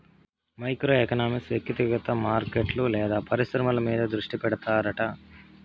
micro economics వ్యక్తిగత మార్కెట్లు లేదా పరిశ్రమల మీద దృష్టి పెడతాడట